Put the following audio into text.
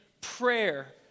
prayer